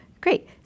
Great